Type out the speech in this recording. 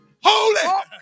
Holy